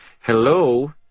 Hello